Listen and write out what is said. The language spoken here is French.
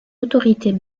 autorités